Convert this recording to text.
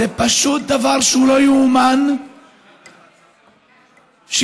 זה פשוט דבר שהוא לא יאומן כי יסופר.